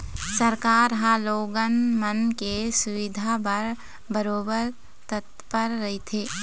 सरकार ह लोगन मन के सुबिधा बर बरोबर तत्पर रहिथे